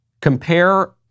Compare